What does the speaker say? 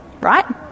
right